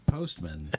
Postman